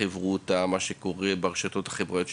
זה מה שקורה ברשתות החברתיות,